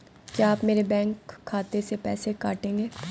क्या आप मेरे बैंक खाते से पैसे काटेंगे?